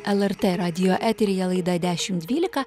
lrt radijo eteryje laida dešim dvylika